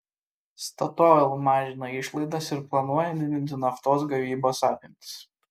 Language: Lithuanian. statoil mažina išlaidas ir planuoja didinti naftos gavybos apimtis